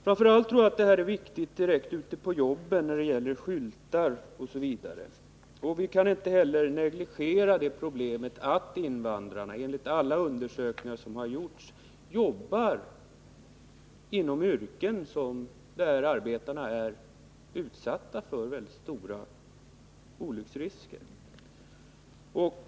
Framför allt tror jag att det är viktigt ute på jobben att man översätter skyltar osv. Vi kan inte negligera problemet att invandrarna, enligt alla undersökningar som har gjorts, jobbar inom yrken där arbetarna är utsatta för väldigt stora olycksrisker.